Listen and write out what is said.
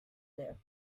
there